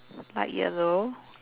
light yellow